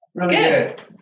Good